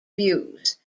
views